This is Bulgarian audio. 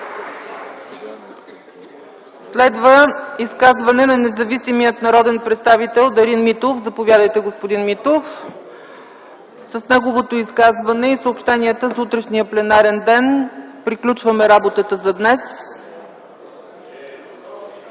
Следва изказване на независимия народен представител Дарин Матов. С неговото изказване и съобщенията за утрешния пленарен ден приключваме работата за днес.